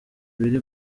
biri